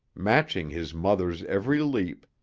matching his mother's every leap,